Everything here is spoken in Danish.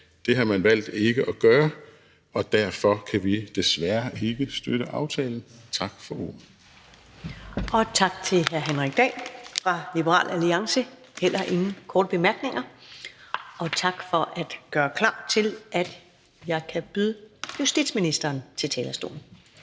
Det har man valgt ikke at gøre, og derfor kan vi desværre ikke støtte aftalen. Tak for ordet. Kl. 14:36 Første næstformand (Karen Ellemann): Tak til hr. Henrik Dahl fra Liberal Alliance. Der er heller ingen korte bemærkninger. Og tak for at gøre klar til, at jeg kan byde justitsministeren velkommen på talerstolen.